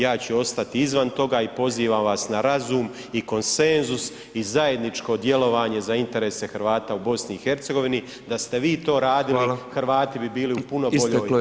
Ja ću ostati izvan toga i pozivam vas na razum i konsenzus i zajedničko djelovanje za interese Hrvata u BiH, da ste vi to radili Hrvati bi bili u [[Upadica: Hvala.]] puno boljoj [[Upadica: Isteklo je vrijeme.]] situaciji.